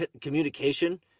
communication